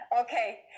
Okay